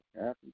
happy